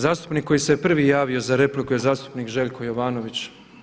Zastupnik koji se prvi javio za repliku je zastupnik Željko Jovanović.